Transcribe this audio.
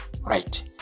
right